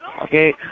Okay